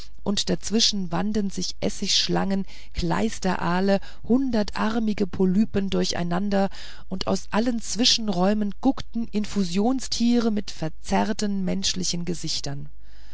und dazwischen wanden sich essigschlangen kleisteraale hundertarmigte polypen durcheinander und aus allen zwischenräumen guckten infusionstiere mit verzerrten menschlichen gesichtern